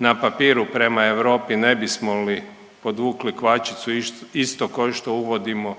na papiru prema Europi, ne bismo li podvukli kvačicu isto kao što uvodimo